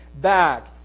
back